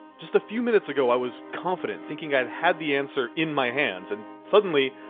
just a few minutes ago, i was confident, thinking i'd had the answer in my hands, and suddenly,